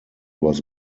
was